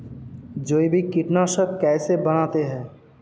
जैविक कीटनाशक कैसे बनाते हैं?